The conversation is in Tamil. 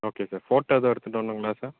ஓகே சார் ஃபோட்டா எதுவும் எடுத்துட்டு வரணுங்களா சார்